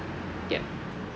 yup